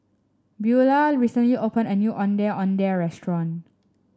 Beula recently opened a new Ondeh Ondeh Restaurant